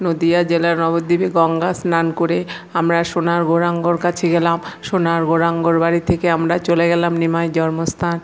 নদীয়া জেলার নবদ্বীপে গঙ্গা স্নান করে আমরা সোনার গৌরাঙ্গর কাছে গেলাম সোনার গৌরাঙ্গর বাড়ি থেকে আমরা চলে গেলাম নিমাইয়ের জন্মস্থান